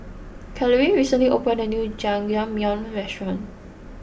Carolynn recently opened a new Jajangmyeon restaurant